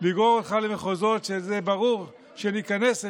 לגרור אותך למחוזות שברור שניכנס אליהם,